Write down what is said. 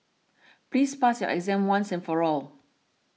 please pass your exam once and for all